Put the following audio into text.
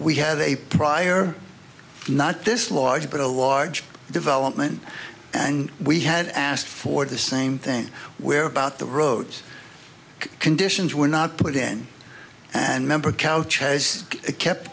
we have a prior not this large but a large development and we had asked for the same thing where about the road conditions were not put in and member couch has kept